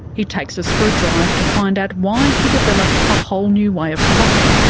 he takes us for a drive to find out why he developed a whole new way of cropping.